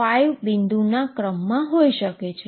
005 બિંદુના ક્રમમાં હોઈ શકે છે